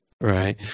Right